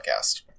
podcast